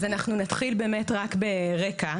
אז אנחנו נתחיל באמת רק ברקע.